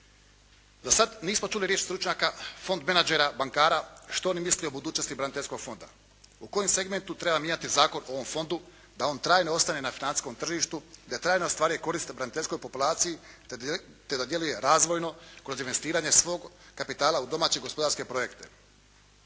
Do sada nismo čuli riječ stručnjaka, fond menađera, bankara što oni misle o budućnosti braniteljskog fonda, u kojem segmentu treba mijenjati zakon o ovom fondu da on trajno ostane na financijskom tržištu, da trajno ostvaruje korist braniteljskoj populaciji te da djeluje razvojno kroz investiranje svog kapitala u domaće gospodarske projekte.